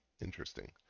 interesting